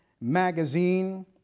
magazine